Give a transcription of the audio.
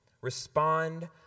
Respond